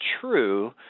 true